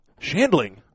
Chandling